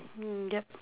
mm yup